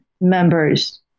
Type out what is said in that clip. members